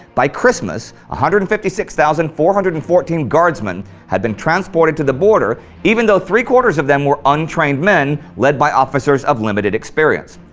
by christmas, one ah hundred and fifty six thousand four hundred and fourteen guardsmen had been transported to the border, even though three quarters of them were untrained men led by officers of limited experience.